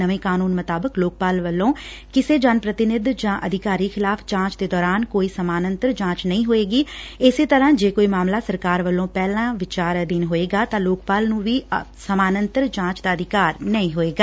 ਨਵੇਂ ਕਾਨੂੰਨ ਮੁਤਾਬਿਕ ਲੋਕਪਾਲ ਵੱਲੋਂ ਕਿਸੇ ਜਨ ਪ੍ਰਤੀਨਿਧ ਜਾਂ ਅਧਿਕਾਰੀ ਖਿਲਾਫ਼ ਜਾਂਚ ਦੇ ਦੌਰਾਨ ਕੋਈ ਸਮਾਨ ਅੰਤਰ ਜਾਂਚ ਨਹੀਂ ਹੋਏਗੀ ਇਸ ਤਰੁਾਂ ਜੇ ਕੋਈ ਮਾਮਲਾ ਸਰਕਾਰ ਵੱਲੋਂ ਪਹਿਲਾਂ ਵਿਚਾਰ ਅਧੀਨ ਹੋਏਗਾ ਤਾਂ ਲੋਕਪਾਲ ਨੂੰ ਵੀ ਸਮਾਨ ਅੰਤਰ ਜਾਂਚ ਦਾ ਅਧਿਕਾਰ ਨਹੀਂ ਹੋਏਗਾ